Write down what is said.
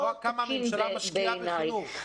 כמה הממשלה משקיעה בחינוך.